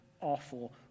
awful